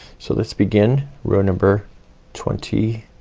so let's begin row number twenty